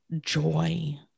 joy